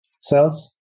cells